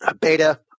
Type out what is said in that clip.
Beta